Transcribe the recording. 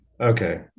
Okay